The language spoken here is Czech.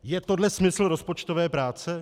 Je tohle smysl rozpočtové práce?